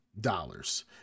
dollars